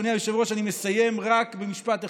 אדוני היושב-ראש, אני מסיים רק במשפט אחד: